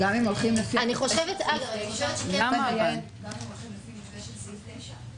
גם אם הולכים לפי המתווה של סעיף 9?